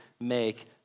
make